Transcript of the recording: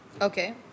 okay